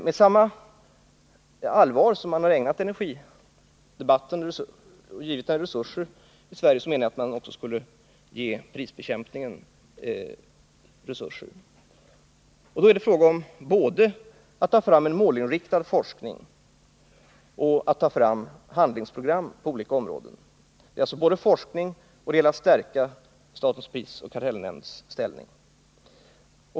Med samma allvar borde man ge prisbekämpningen resurser. Det gäller både att ta fram en målinriktad forskning och att ta fram handlingsprogram på olika områden. Det gäller alltså att stärka SPK:s ställning.